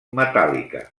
metàl·lica